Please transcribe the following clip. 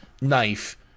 knife